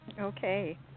Okay